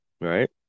right